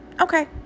Okay